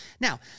now